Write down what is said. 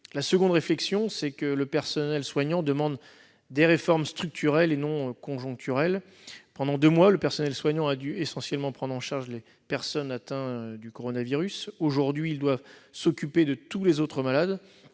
de payer. Deuxièmement, le personnel soignant demande des réformes structurelles, et non conjoncturelles. Pendant deux mois, le personnel soignant a dû essentiellement prendre en charge les personnes atteintes du coronavirus. Aujourd'hui, il leur faut s'occuper de tous les autres malades,